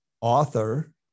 author